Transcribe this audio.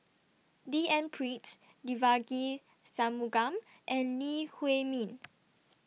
D N Pritt Devagi Sanmugam and Lee Huei Min